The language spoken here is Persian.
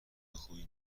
خوبی